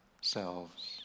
selves